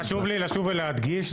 חשוב לי לחשוב ולהדגיש,